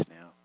now